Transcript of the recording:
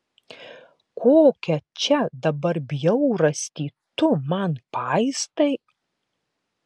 kokią čia dabar bjaurastį tu man paistai